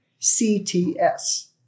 CTS